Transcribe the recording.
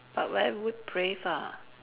but where would brave ah